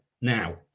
Now